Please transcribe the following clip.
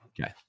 Okay